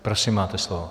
Prosím, máte slovo.